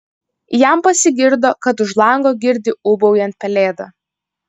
jam pasigirdo kad už lango girdi ūbaujant pelėdą